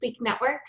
Network